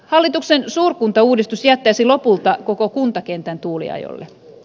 hallituksen suurkuntauudistus jättäisi lopulta koko kuntakentän tuuliajolle